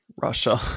Russia